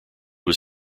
was